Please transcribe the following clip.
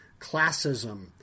classism